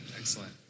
Excellent